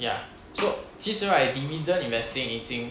ya so 其实 right dividend investing 已经